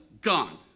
gone